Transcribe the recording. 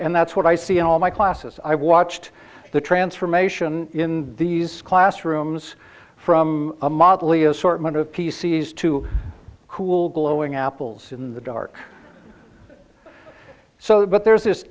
and that's what i see in all my classes i've watched the transformation in these classrooms from a motley assortment of p c s to cool glowing apples in the dark so but there's this